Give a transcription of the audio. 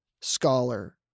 scholar